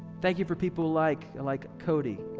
thank you for people like like cody,